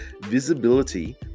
visibility